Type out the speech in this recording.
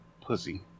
pussy